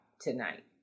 tonight